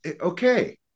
Okay